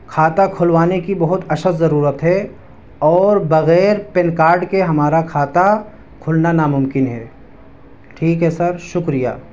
کھاتا کھلوانے کی بہت اشد ضرورت ہے اور بغیر پن کارڈ کے ہمارا کھاتا کھلنا ناممکن ہے ٹھیک ہے سر شکریہ